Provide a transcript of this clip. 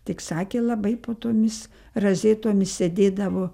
tik sakė labai po tomis razetomis sėdėdavo